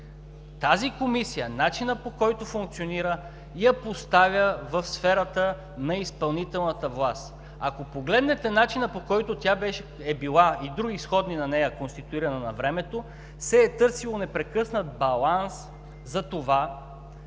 Тази комисия, начинът, по който тя функционира, я поставя в сферата на изпълнителната власт. Ако погледнете начина, по който е била, и други сходни на нея, конституирана навремето, търсело се е непрекъснат баланс за това